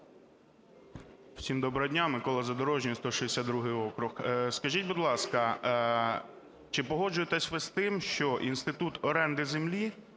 доброго дня. Микола Задорожній, 162 округ. Скажіть, будь ласка, чи погоджуєтеся ви з тим, що інститут оренди землі